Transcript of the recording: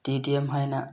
T D M ꯍꯥꯏꯅ